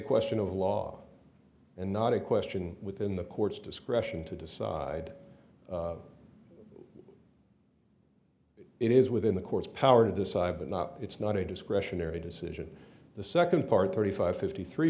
question of law and not a question within the court's discretion to decide if it is within the court's power to decide but not it's not a discretionary decision the second part thirty five fifty three